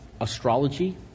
astrology